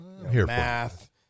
Math